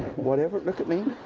whatever look at me.